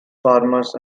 farmers